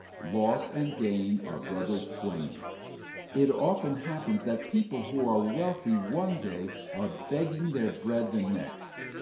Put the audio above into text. loss and gain are brothers twain it often happens that people who are wealthy one day are begging their bread the next.